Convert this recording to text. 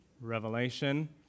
Revelation